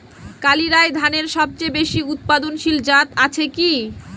কালিরাই ধানের সবচেয়ে বেশি উৎপাদনশীল জাত আছে কি?